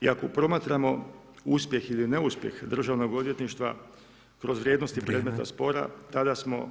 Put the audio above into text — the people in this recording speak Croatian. I ako promatramo uspjeh ili neuspjeh DORH-a kroz vrijednosti predmeta spora tada smo